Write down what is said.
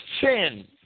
sin